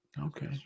Okay